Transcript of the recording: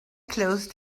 closed